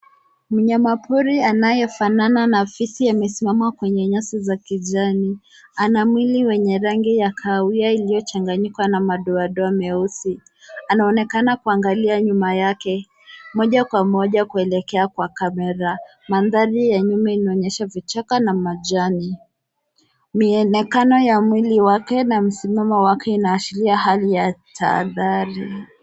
Mnyama pori anayefanana na fisi amesimama kwenye nyasi za kijani. Ana mwili wenye rangi ya kahawia iliyochanganyika na madoadoa meusi. Anaonekana kuangalia nyuma yake, moja kwa moja kuelekea kwa kamera. Mandhari ya nyuma inaonyesha vichaka na majani. Mionekano ya mwili wake na msimamo wake inaashiria hali ya tahadhari.